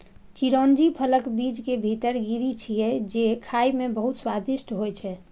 चिरौंजी फलक बीज के भीतर गिरी छियै, जे खाइ मे बहुत स्वादिष्ट होइ छै